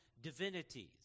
divinities